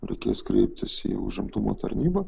reikės kreiptis į užimtumo tarnybą